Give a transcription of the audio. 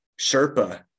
sherpa